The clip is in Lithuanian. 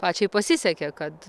pačiai pasisekė kad